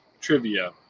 trivia